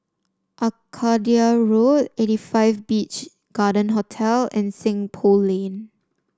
Arcadia Road Eighty Five Beach Garden Hotel and Seng Poh Lane